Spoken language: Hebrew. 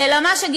אלא שמה?